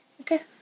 okay